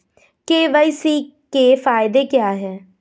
KYC के फायदे क्या है?